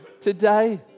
today